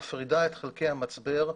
מפרידה את חלקי המצבר,